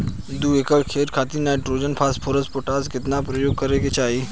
दू एकड़ खेत खातिर नाइट्रोजन फास्फोरस पोटाश केतना उपयोग करे के चाहीं?